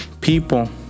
people